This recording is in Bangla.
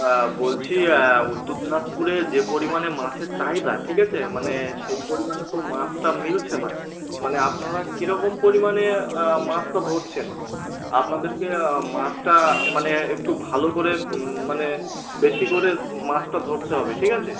বলছি উত্তর দিনাজপুরে যে পরিমাণে মাছের চাহিদা ঠিক আছে মানে সেই পরিমাণে তো মাছটা মিলছে না মানে আপনারা কীরকম পরিমাণে মাছটা ধরছেন আপনাদেরকে মাছটা মানে একটু ভালো করে মানে বেশি করে মাছটা ধরতে হবে ঠিক আছে